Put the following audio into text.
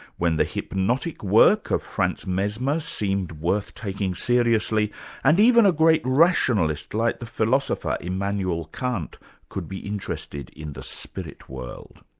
when the hypnotic work of franz mesmer seemed worth taking seriously and even a great rationalist like the philosopher immanuel kant could be interested in the spirit world.